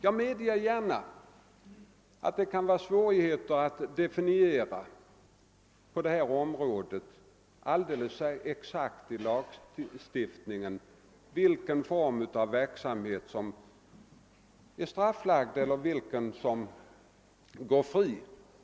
Jag medger gärna att det kan föreligga svårigheter att i lagstiftningen exakt ange vilken form av verksamhet som är straffbelagd och vilken som är fri.